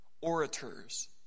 orators